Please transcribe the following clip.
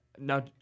Now